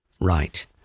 Right